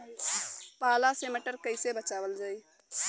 पाला से मटर कईसे बचावल जाई?